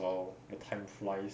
!wow! the time flies